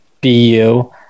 BU